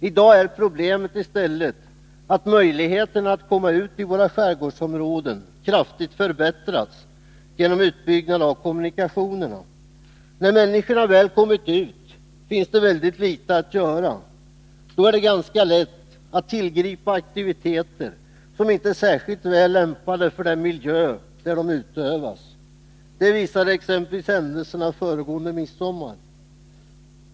I dag är problemet i stället att möjligheterna att komma ut i våra skärgårdsområden kraftigt förbättrats genom utbyggnad av kommunikationerna. När människorna väl kommit ut finns det väldigt litet att göra. Då är det ganska lätt att tillgripa aktiviteter som inte är särskilt väl lämpade för den miljö där de utövas. Det visar exempelvis händelserna föregående midsom mar.